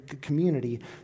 community